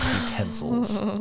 utensils